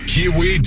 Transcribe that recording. Kiwi